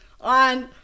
on